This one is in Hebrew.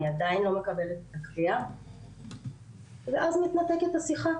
אני עדיין לא מקבלת את הקריאה ואז מתנתקת השיחה